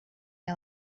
neu